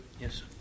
yes